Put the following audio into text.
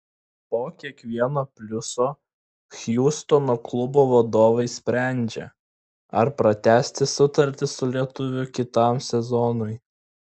po kiekvieno pliuso hjustono klubo vadovai sprendžią ar pratęsti sutartį su lietuviu kitam sezonui